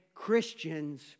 Christians